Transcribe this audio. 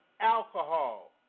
alcohol